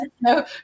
No